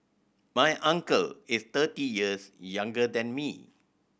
my uncle is thirty years younger than me